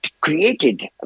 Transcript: created